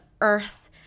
earth